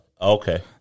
Okay